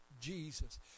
Jesus